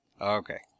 Okay